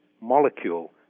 molecule